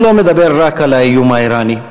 אני לא מדבר רק על האיום האיראני.